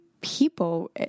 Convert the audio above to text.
people